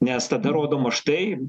nes tada rodoma štai